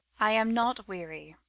i am not weary,